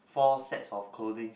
four sets of clothing